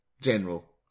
General